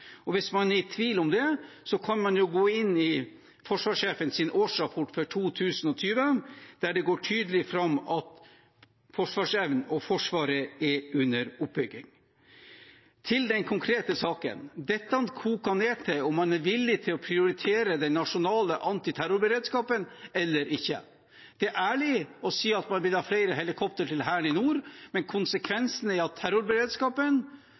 Hvis man er i tvil om det, kan man gå inn i forsvarssjefens årsrapport for 2020, der det går tydelig fram at forsvarsevnen og Forsvaret er under oppbygging. Til den konkrete saken: Dette koker ned til om man er villig til å prioritere den nasjonale antiterrorberedskapen eller ikke. Det er ærlig å si at man vil ha flere helikoptre til Hæren i nord, men konsekvensen er at terrorberedskapen,